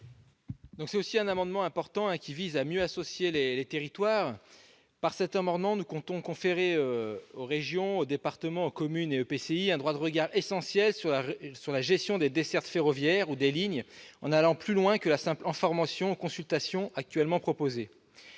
Cet amendement important vise à mieux associer les territoires. Nous comptons conférer aux régions, départements, communes et EPCI un droit de regard essentiel sur la gestion des dessertes ferroviaires ou des lignes, en allant plus loin que la simple information ou consultation qui sont actuellement proposées.